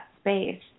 space